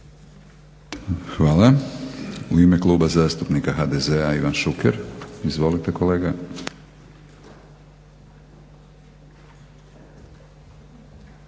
Hvala. U ime Kluba zastupnika HDZ-a Ivan Šuker. Izvolite kolega.